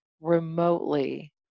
remotely